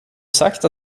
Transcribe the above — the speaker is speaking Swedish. sagt